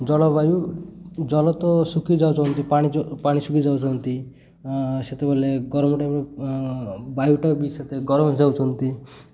ଜଳବାୟୁ ଜଳ ତ ଶୁଖି ଯାଉଛନ୍ତି ପାଣି ପାଣି ଶୁଖି ଯାଉଛନ୍ତି ସେତେବେଳେ ଗରମ ଟାଇମ୍ ବାୟୁଟା ବି ସେତେ ଗରମ ଯାଉଛନ୍ତି